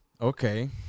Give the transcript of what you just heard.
Okay